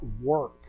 work